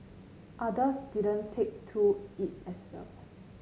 others didn't take to it as well